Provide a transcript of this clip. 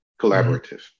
Collaborative